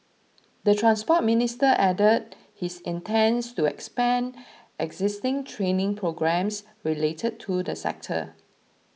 the Transport Minister added he intends to expand existing training programmes related to the sector